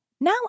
Now